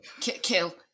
kill